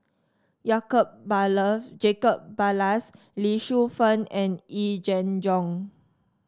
Baller Jacob Ballas Lee Shu Fen and Yee Jenn Jong